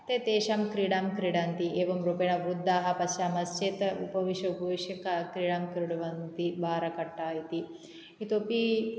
ते तेषां क्रीडां क्रीडन्ति एवं रूपेण वृद्धाः पश्यामश्चेत् उपविश्य उपविश्य क्रीडां क्रीडन्ति बाराकट्टा इति इतोऽपि